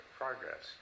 progress